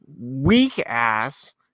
weak-ass